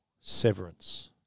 Severance